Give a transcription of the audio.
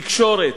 תקשורת,